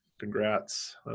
Congrats